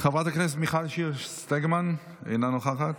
חברת הכנסת מיכל שיר סגמן, אינה נוכחת,